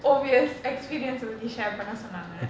O_B_S experience பத்தி:pathi share பண்ணசொன்னாங்க:panna sonnanka